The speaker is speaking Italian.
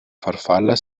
farfalla